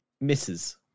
misses